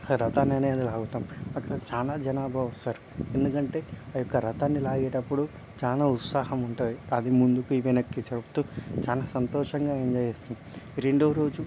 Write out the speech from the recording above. రథాన్ననేది లాగుతాం అక్కడ చానా జనాభా వస్తారు ఎందుకంటే ఆ యొక్క రథాన్ని లాగేటప్పుడు చానా ఉత్సాహం ఉంటుంది అది ముందుకి వెనక్కి జరుపుతూ చానా సంతోషంగా ఎంజాయ్ చేస్తాం రెండో రోజు